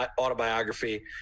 autobiography